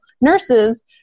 nurses